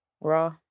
raw